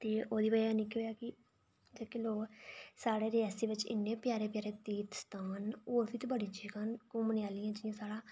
ते ओह्दी वजह् कन्नै केह् होएआ कि जेह्के लोक साढ़े रियासी बिच इन्ने प्यारे प्यारे तीर्थ स्थान न होर बी ते बड़ियां चीजां न घूमने आह्लियां जि'यां साढ़ा